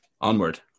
onward